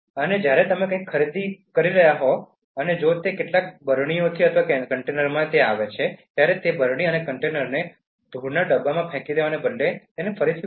અને જ્યારે તમે કંઈક ખરીદી રહ્યા હોવ અને જો તે કેટલાક બરણીઓની અથવા કન્ટેનરમાં આવે છે ત્યારે તેને બરણી અને કન્ટેનરને ધૂળના ડબ્બામાં ફેંકી દેવાને બદલે ફરીથી વાપરો